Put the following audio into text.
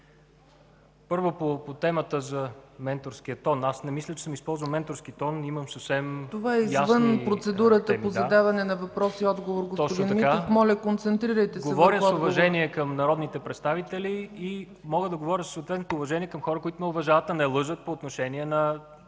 първо по темата за менторския тон. Аз не мисля, че съм използвал менторски тон. Имам съвсем ясни теми. ПРЕДСЕДАТЕЛ ЦЕЦКА ЦАЧЕВА: Това е извън процедурата по задаване на въпрос и отговор, господин Митов. Моля, концентрирайте се върху отговора. МИНИСТЪР ДАНИЕЛ МИТОВ: Говоря с уважение към народните представители и мога да говоря със съответното уважение към хора, които ме уважават, а не лъжат по отношение на